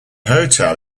hotel